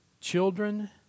Children